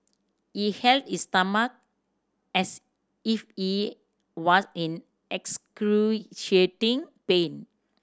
he held his stomach as if he was in excruciating pain